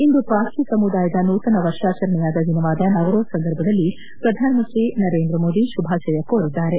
ಇಂದು ಪಾರ್ಸಿ ಸಮುದಾಯದ ನೂತನ ವರ್ಷಾಚರಣೆಯ ದಿನವಾದ ನವರೋಸ್ ಸಂದರ್ಭದಲ್ಲಿ ಪ್ರಧಾನಮಂತ್ರಿ ನರೇಂದ್ರ ಮೋದಿ ಶುಭಾಶಯ ಕೋರಿದ್ದಾರೆ